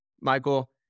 michael